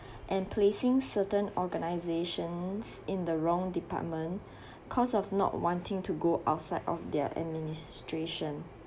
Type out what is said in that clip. and placing certain organisations in the wrong department cause of not wanting to go outside of their administration